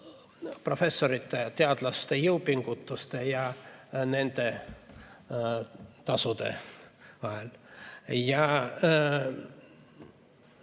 professorite ja teadlaste jõupingutuste ja nende tasude vahel. On